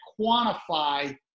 quantify